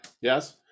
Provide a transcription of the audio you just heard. Yes